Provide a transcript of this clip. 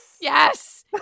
Yes